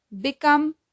Become